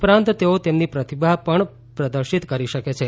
ઉપરાંત તેઓ તેમની પ્રતિભા પણ પ્રદર્શિત કરી શકે છે